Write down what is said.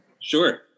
Sure